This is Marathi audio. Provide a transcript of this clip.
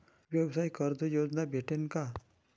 व्यवसाय कर्ज योजना भेटेन का?